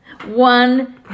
One